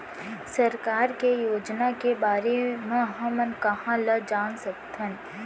सरकार के योजना के बारे म हमन कहाँ ल जान सकथन?